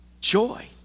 Joy